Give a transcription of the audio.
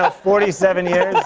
ah forty seven years?